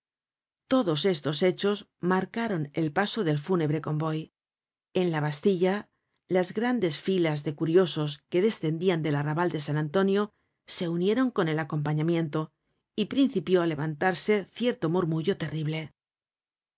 todos estos hechos marcaron el paso del fúnebre convoy en la bastilla las grandes filas de curiosos que descendian del arrabal de san antonio se unieron con el acompañamiento y principió á levantarse cierto murmullo terrible